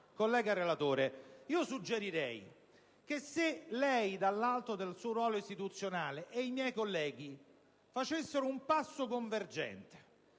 Collega relatore, vorrei suggerire a lei, dall'alto del suo ruolo istituzionale, e ai miei colleghi di fare un passo convergente.